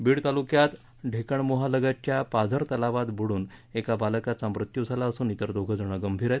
बीड तालुक्यात किणमोहा लगतच्या पाझरतवलावात बुडून एका बालकाचा चा मृत्यू झाला असून इतर दोघे गंभीर आहेत